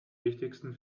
wichtigsten